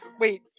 Wait